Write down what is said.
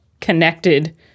connected